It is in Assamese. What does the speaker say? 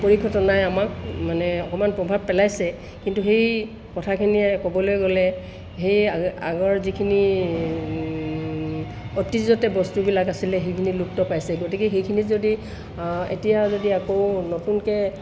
পৰিঘটনাই আমাক মানে অকণমান প্ৰভাৱ পেলাইছে কিন্তু সেই কথাখিনিয়ে ক'বলৈ গ'লে সেই আগ আগৰ যিখিনি অতীজতে বস্তুবিলাক আছিলে সেইখিনি লুপ্ত পাইছে গতিকে সেইখিনি যদি এতিয়া যদি আকৌ নতুনকৈ